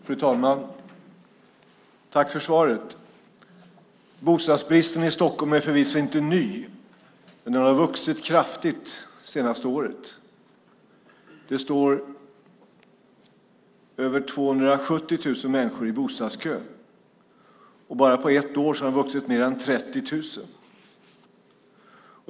Fru talman! Jag tackar statsrådet för svaret. Bostadsbristen i Stockholm är förvisso inte ny, men den har vuxit kraftigt det senaste året. Det står över 270 000 människor i bostadskö. Bara på ett år har den vuxit med mer än 30 000.